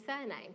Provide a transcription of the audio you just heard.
surname